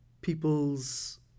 people's